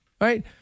right